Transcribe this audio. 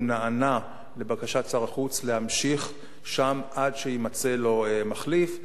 הוא נענה לבקשת שר החוץ להמשיך שם עד שיימצא לו מחליף,